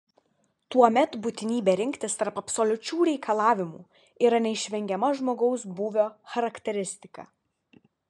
tuomet būtinybė rinktis tarp absoliučių reikalavimų yra neišvengiama žmogaus būvio charakteristika